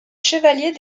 chevalier